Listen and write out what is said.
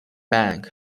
bank